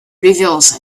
reveals